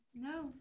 No